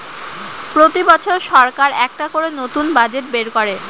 প্রতি বছর সরকার একটা করে নতুন বাজেট বের করে